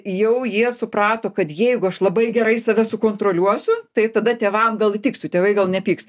jau jie suprato kad jeigu aš labai gerai save sukontroliuosiu tai tada tėvam gal įtiksiu tėvai gal nepyks